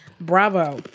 Bravo